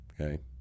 Okay